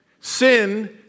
Sin